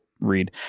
read